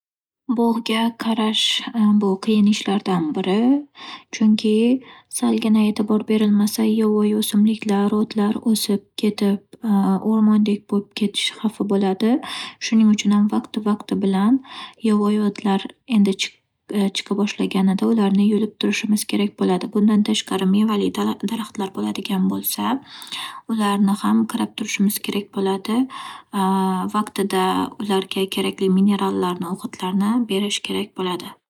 Qo'l yuvish texnikasi bu judayam oson. Misol uchun, oldin birozgina idishga suvni olib, oldin o'ng qo'limizga keyin chap qo'limizni xo'llab olib, keyin demak suyuq sovun bilan qo'limizni yana ko'pirtirib olib, o'sha ko'pikni yuvib tashlashimiz kerak bo'ladi galma-galdan va qo'limiz top-toza bo'ladi.